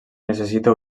necessita